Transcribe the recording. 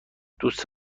دوست